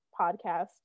podcast